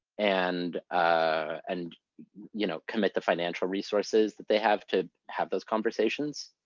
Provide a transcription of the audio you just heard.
and ah and you know commit the financial resources that they have to have those conversations.